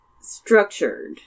structured